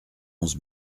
onze